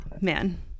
man